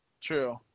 true